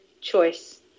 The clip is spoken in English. choice